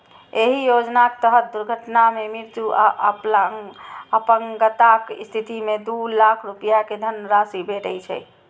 एहि योजनाक तहत दुर्घटना मे मृत्यु आ अपंगताक स्थिति मे दू लाख रुपैया के धनराशि भेटै छै